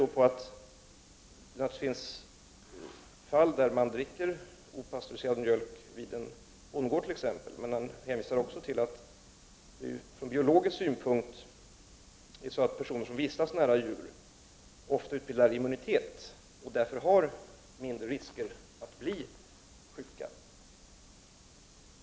Han pekar på att det finns fall där opastöriserad mjölk dricks på en bondgård t.ex., men han hänvisar också till att personer som vistas nära djur ofta utbildar immunitet och att det därför är mindre risk att de blir sjuka.